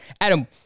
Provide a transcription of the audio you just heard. Adam